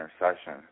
intercession